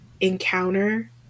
encounter